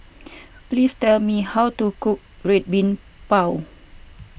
please tell me how to cook Red Bean Bao